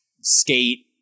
Skate